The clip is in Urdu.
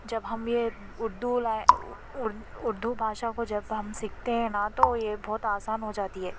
جب ہم یہ اردو اردو بھاشا کو جب ہم سیکھتے ہیں نا تو یہ بہت آسان ہو جاتی ہے